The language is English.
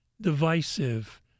divisive